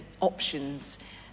options